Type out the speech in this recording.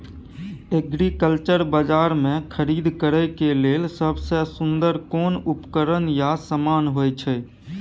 Agriculture बाजार में खरीद करे के लेल सबसे सुन्दर कोन उपकरण या समान होय छै?